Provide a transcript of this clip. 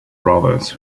rovers